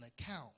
account